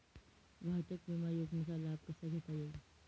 वाहतूक विमा योजनेचा लाभ कसा घेता येईल?